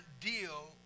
deal